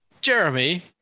Jeremy